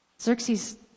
Xerxes